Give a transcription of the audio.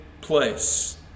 place